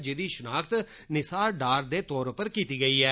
जेह्दी शिनाखत निसार डार दे तौर पर कीती गेई ऐ